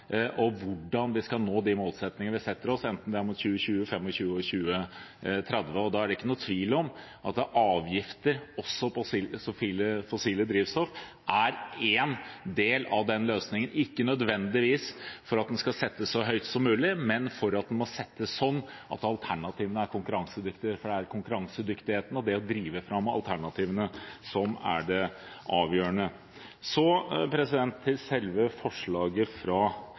hvordan vi skal nå de målsettingene vi setter oss, enten det er mot 2020, 2025 eller 2030. Da er det ikke noen tvil om at også avgifter på fossilt drivstoff er én del av den løsningen – ikke nødvendigvis ved at de settes så høyt som mulig, men ved at de settes på et nivå som gjør at alternativene er konkurransedyktige, for det er konkurransedyktigheten og det å drive fram alternativene som er det avgjørende. Så til selve forslaget fra